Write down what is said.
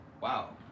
wow